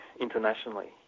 internationally